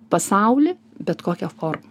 pasaulį bet kokia forma